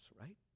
right